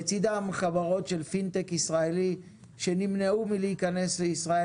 לצידם חברות של פינטק ישראלי שנמנעו מלהיכנס לישראל,